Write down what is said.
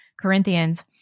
Corinthians